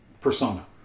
persona